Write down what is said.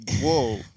Whoa